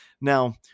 Now